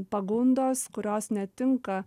pagundos kurios netinka